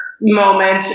moment